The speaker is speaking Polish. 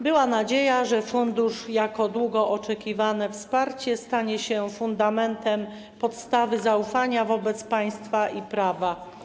Była nadzieja, że fundusz, jako długo oczekiwane wsparcie, stanie się fundamentem, podstawą zaufania do państwa i prawa.